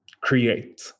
create